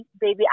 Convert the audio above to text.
baby